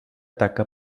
taca